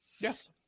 Yes